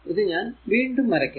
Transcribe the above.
ഇത് ഞാൻ വീണ്ടും വരയ്ക്കുന്നു